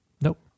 Nope